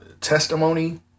testimony